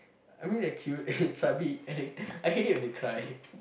I mean they're cute and chubby and like I hate it when they cry